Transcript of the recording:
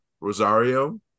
Rosario